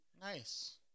nice